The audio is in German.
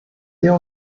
wir